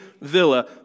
villa